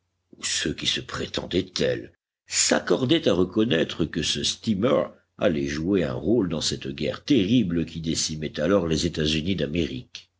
ceux qui se prétendaient tels s'accordaient à reconnaître que ce steamer allait jouer un rôle dans cette guerre terrible qui décimait alors les